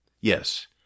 yes